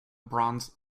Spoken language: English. bronze